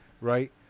right